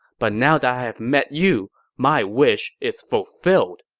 but now that i have met you, my wish is fulfilled.